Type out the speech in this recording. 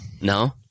no